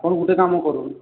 ଆପଣ ଗୋଟେ କାମ କରନ୍ତୁ